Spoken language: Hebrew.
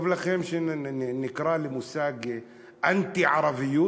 טוב לכם שנקרא למושג "אנטי-ערביות"?